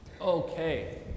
Okay